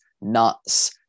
nuts